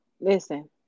Listen